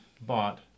bought